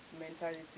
mentality